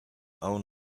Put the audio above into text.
own